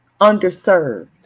underserved